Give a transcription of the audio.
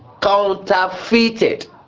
counterfeited